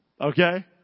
Okay